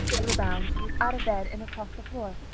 with a bound she was out of bed and across the floor.